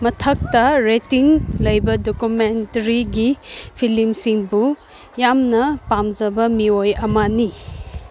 rating ꯂꯩꯕ ꯗꯣꯀꯨꯃꯦꯟꯇꯔꯤꯒꯤ ꯐꯤꯂꯝꯁꯤꯡꯕꯨ ꯌꯥꯝꯅ ꯄꯥꯝꯖꯕ ꯃꯤꯑꯣꯏ ꯑꯃꯅꯤ